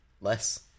less